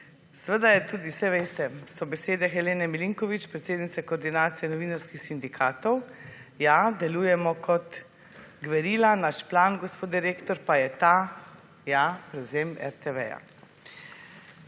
Seveda je tudi, saj veste, so besede Helene Milinković, predsednice Koordinacije novinarskih sindikatov, »ja, delujemo kot gverila, naš plan, gospod direktor, pa je ta − ja, prevzem RTV«.